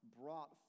brought